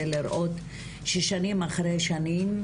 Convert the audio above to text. זה לראות ששנים אחרי שנים,